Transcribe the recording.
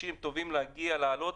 נעולה.